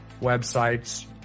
websites